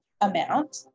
amount